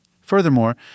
Furthermore